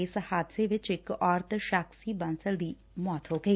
ਇਸ ਹਾਦਸੇ ਵਿਚ ਇਕ ਔਰਤ ਸਾਕਸ਼ੀ ਬਾਂਸਲ ਦੀ ਮੌਤ ਹੋ ਗਈ